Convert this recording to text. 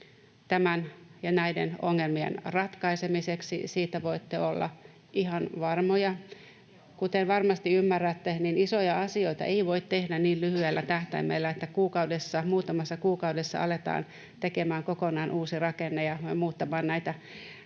tämän ja näiden ongelmien ratkaisemiseksi — siitä voitte olla ihan varmoja. Kuten varmasti ymmärrätte, niin isoja asioita ei voi tehdä niin lyhyellä tähtäimellä, että kuukaudessa, muutamassa kuukaudessa, aletaan tekemään kokonaan uusi rakenne ja muuttamaan näitä